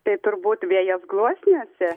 tai turbūt vėjas gluosniuose